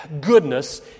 goodness